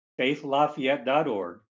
faithlafayette.org